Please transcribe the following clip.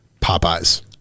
Popeyes